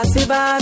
Siva